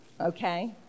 okay